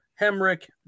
Hemrick